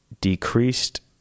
decreased